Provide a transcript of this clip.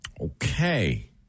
okay